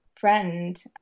friend